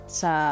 sa